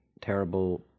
terrible